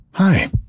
Hi